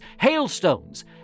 hailstones